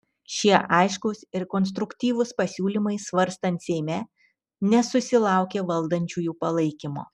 šie aiškūs ir konstruktyvūs pasiūlymai svarstant seime nesusilaukė valdančiųjų palaikymo